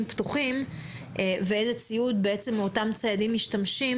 פתוחים ואיזה ציוד אותם ציידים משתמשים,